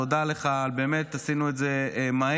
תודה לך על שבאמת עשינו את זה מהר,